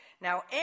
Now